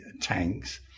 tanks